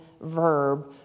verb